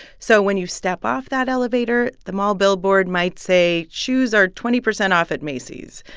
so when you step off that elevator, the mall billboard might say shoes are twenty percent off at macy's.